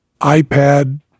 iPad